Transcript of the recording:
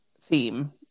theme